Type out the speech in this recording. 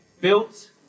Built